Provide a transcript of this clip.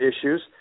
issues